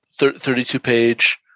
32-page